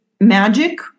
magic